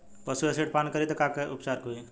पशु एसिड पान करी त का उपचार होई?